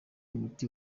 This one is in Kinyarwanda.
umuti